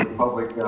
public.